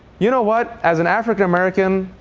you know what? as an african-american,